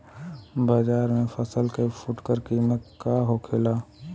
बाजार में फसल के फुटकर कीमत का होखेला?